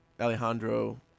Alejandro